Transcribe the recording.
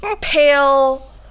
pale